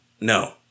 No